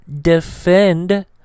defend